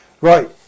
Right